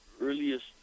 earliest